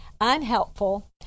unhelpful